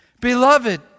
Beloved